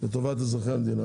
לטובת אזרחי המדינה.